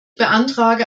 beantrage